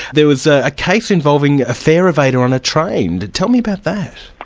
there was ah a case involving a fare evader on a train. tell me about that.